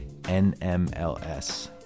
NMLS